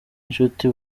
nshuti